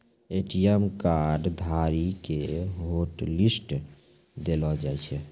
ATM card धारी के hotlist देलो जाय छै